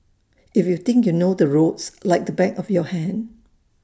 if you think you know the roads like the back of your hand